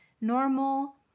normal